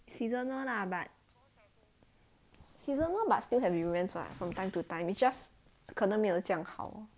seasonal lah but seasonal but still have durians [what] from time to time it just 可能没有这样好